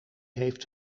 heeft